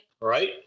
Right